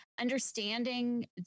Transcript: understanding